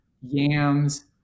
yams